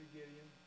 Gideon